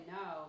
no